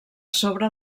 sobre